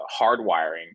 hardwiring